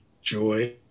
joy